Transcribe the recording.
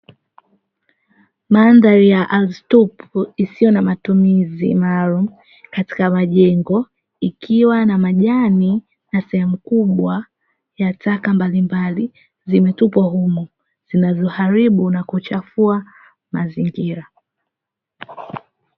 Mandhari ya ardhi tupu isiyo na matumizi maalumu katika majengo, ikiwa na majani na sehemu kubwa ya taka mbalimbali zimetupwa humo zinazoharibu na kuchafua mazingira.